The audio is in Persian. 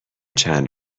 چند